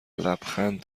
لبخند